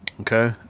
Okay